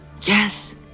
Yes